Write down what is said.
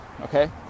okay